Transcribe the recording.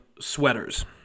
sweaters